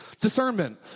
discernment